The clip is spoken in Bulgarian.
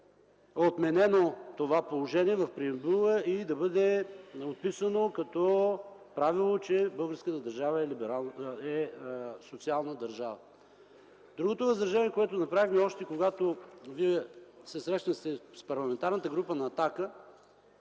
отменено това положение в преамбюла и да бъде отписано като правило, че българската държава е социална. Другото възражение, което направихме, още когато се срещнахте с Парламентарната група на „Атака”